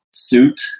Suit